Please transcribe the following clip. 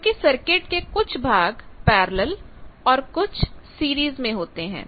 क्योंकि सर्किट के कुछ भाग पैरेलल और कुछ सीरीज में होते हैं